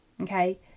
Okay